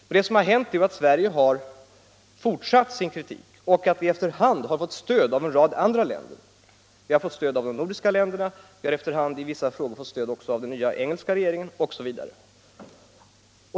Men det som hänt är ju att Sverige fortsatt sin kritik och att vi efter hand har fått stöd av en rad andra länder; vi har fått stöd av de nordiska länderna och vi har efter hand i vissa frågor fått stöd även av den nya engelska regeringen osv.